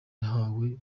yahawe